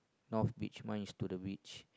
north beach mine is to the beach